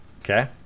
Okay